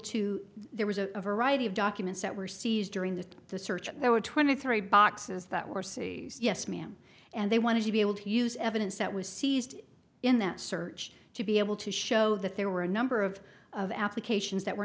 to there was a variety of documents that were seized during the search there were twenty three boxes that were seized yes ma'am and they wanted to be able to use evidence that was seized in that search to be able to show that there were a number of applications that were